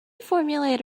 formulate